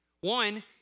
One